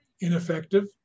ineffective